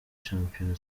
shampiyona